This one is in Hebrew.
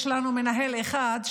יש לנו מנהל אחד,